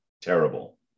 Terrible